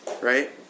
Right